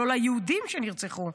לא ליהודים שנרצחו.